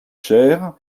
cher